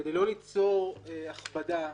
כדי לא ליצור הכבדה,